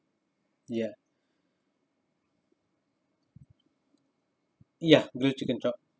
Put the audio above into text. ya ya grilled chicken chop